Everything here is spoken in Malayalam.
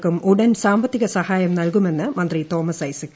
ക്കും ഉടൻ സാമ്പത്തിക സഹായും നൽകുമെന്ന് മന്ത്രി തോമസ് ഐസക്